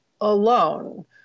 alone